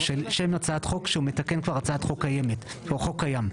חוק שמתקן הצעת חוק קיימת או חוק קיים.